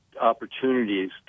opportunities